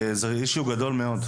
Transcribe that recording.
זה עניין גדול מאוד.